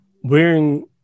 wearing